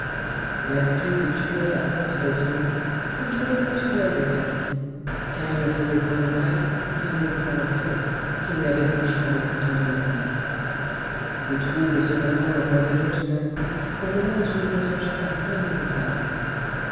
l'habitude tuait la honte d'être nu ils trouvaient naturel d'être ainsi car ils ne faisaient point de mal et ce n'était pas leur faute s'il n'y avait qu'une chambre pour tant de monde des troubles cependant leur revenaient tout d'un coup aux moments où ils ne songeaient à rien de coupable